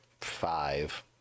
five